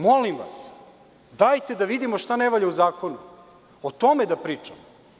Molim vas, dajte da vidimo šta ne valja u zakonu, pa o tome da pričamo.